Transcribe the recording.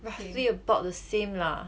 roughly about the same lah